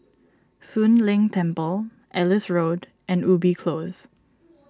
Soon Leng Temple Ellis Road and Ubi Close